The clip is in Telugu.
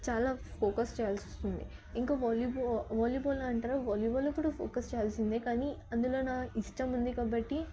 చాలా ఫోకస్ చేయాల్సి వస్తుంది ఇంకా వాలీబాల్ వాలీబాల్ అంటారా వాలీబాల్ కూడా ఫోకస్ చేయాల్సిందే కానీ అందులో నా ఇష్టం ఉంది కాబట్టి